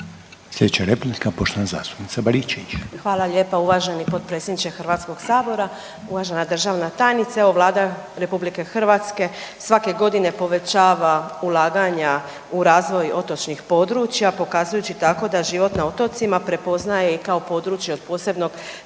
Sljedeća replika poštovane zastupnice Baričević. **Baričević, Danica (HDZ)** Hvala lijepo uvaženi potpredsjedniče HS-a. Uvažena državna tajnice. Evo Vlada RH svake godine povećava ulaganja u razvoj otočnih područja, pokazujući tako da život na otocima prepoznaje kao i područje od posebnog